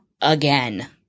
again